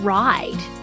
ride